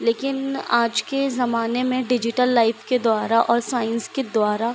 लेकिन आज के ज़माने में डिजिटल लाइफ के द्वारा और साइंस के द्वारा